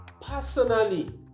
personally